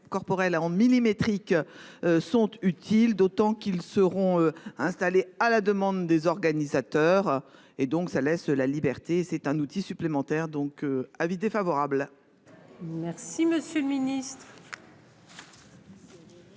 corporels à ondes millimétriques. Sont utiles. D'autant qu'ils seront installés à la demande des organisateurs. Et donc, ça laisse la liberté, c'est un outil supplémentaire donc avis défavorable. Si Monsieur le Ministre.